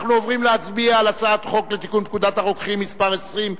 אנחנו עוברים להצביע על הצעת חוק לתיקון פקודת הרוקחים (מס' 20),